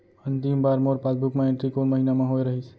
अंतिम बार मोर पासबुक मा एंट्री कोन महीना म होय रहिस?